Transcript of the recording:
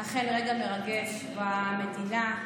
אכן רגע מרגש במדינה,